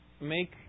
make